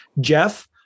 Jeff